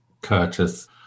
Curtis